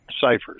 ciphers